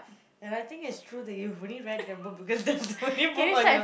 and I think it's true that you've only read that book because that's the only book on your